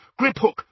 Griphook